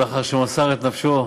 לאחר שהוא מסר את נפשו